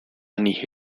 estafa